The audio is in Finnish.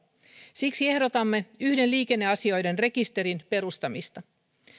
siksi ehdotamme yhden liikenneasioiden rekisterin perustamista